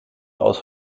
aus